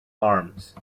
arms